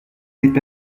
n’êtes